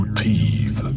teeth